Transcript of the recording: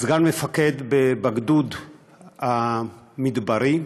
סגן מפקד בגדוד המדברי,